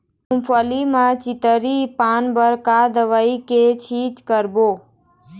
मूंगफली म चितरी पान बर का दवई के छींचे करबो?